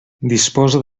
disposa